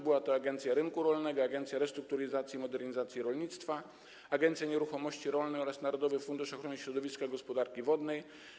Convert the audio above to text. Były to: Agencja Rynku Rolnego, Agencja Restrukturyzacji i Modernizacji Rolnictwa, Agencja Nieruchomości Rolnych oraz Narodowy Fundusz Ochrony Środowiska i Gospodarki Wodnej.